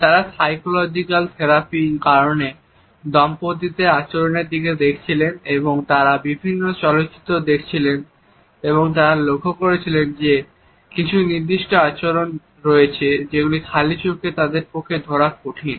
তারা psychological therapy করানো দম্পতিদের আচরণের দিকে দেখছিলেন এবং তারা বিভিন্ন চলচ্চিত্র দেখছিলেন এবং তারা লক্ষ্য করেছেন যে কিছু নির্দিষ্ট আচরণ রয়েছে যেগুলি খালি চোখে তাদের পক্ষে ধরা কঠিন